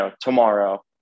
tomorrow